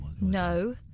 No